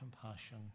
compassion